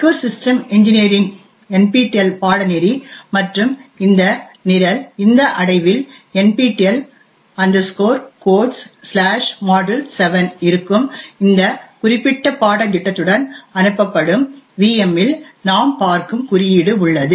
secure system engineering NPTEL பாடநெறி மற்றும் இந்த நிரல் இந்த அடைவில் NPTEL Codesmodule7 இருக்கும் இந்த குறிப்பிட்ட பாடத்திட்டத்துடன் அனுப்பப்படும் VM இல் நாம் பார்க்கும் குறியீடு உள்ளது